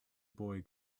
boy